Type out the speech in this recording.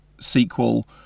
sequel